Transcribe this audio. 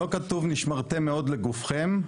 לא כתוב נשמרתם מאוד לגופכם.